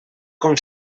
com